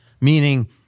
meaning